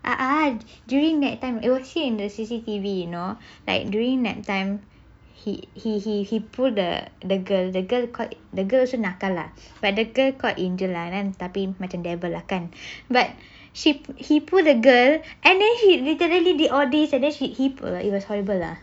a'ah during that time you will see in the C_C_T_V you know like during that time he he he he pull the the girl the girl the girl also nakal ah but the girl quite angel ah tapi macam devil lah kan but she he pull the girl and then he literally did all this then he she it was horrible lah